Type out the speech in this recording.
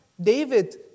David